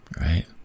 right